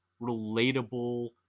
relatable